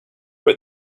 but